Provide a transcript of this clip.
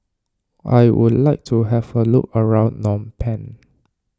I would like to have a look around Phnom Penh